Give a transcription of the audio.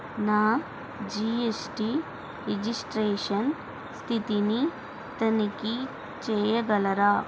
నా GST registration స్థితిని తనిఖీ చెయ్యగలరా